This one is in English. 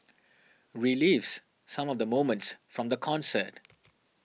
relives some of the moments from the concert